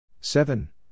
Seven